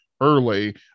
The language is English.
Early